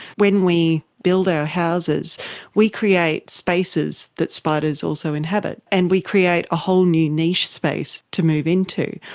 when we build our houses we create spaces that spiders also inhabit, and we create a whole new niche space to move into.